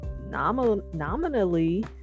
nominally